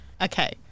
Okay